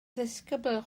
ddisgybl